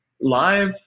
live